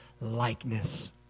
likeness